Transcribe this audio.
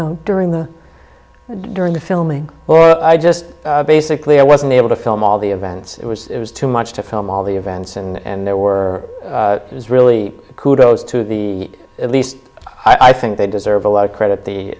know during the during the filming or i just basically i wasn't able to film all the events it was too much to film all the events and there were it was really kudos to the at least i think they deserve a lot of credit the